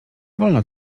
wolno